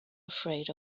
afraid